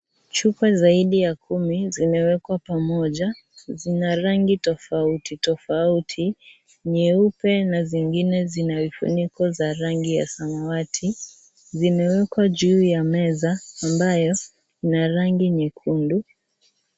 Chupa zaidi ya kumi zimewekwa pamoja, zina rangi tofauti tofauti nyeupe na zingine zina vifuniko za rangi ya samawati, zimewekwa juu ya meza ambayo ina rangi nyekundu.